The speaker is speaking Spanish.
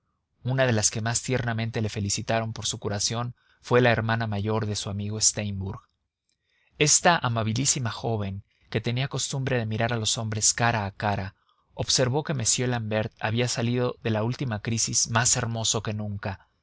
una de las que más tiernamente le felicitaron por su curación fue la hermana mayor de su amigo steimbourg esta amabilísima joven que tenía costumbre de mirar a los hombres cara a cara observó que m l'ambert había salido de la última crisis más hermoso que nunca